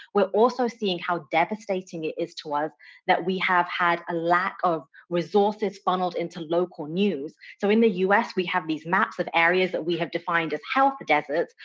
we're also seeing how devastating it is to us that we have had a lack of resources funneled into local news. so in the us we have these maps of areas that we have defined as health deserts,